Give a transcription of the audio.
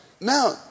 now